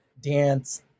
dance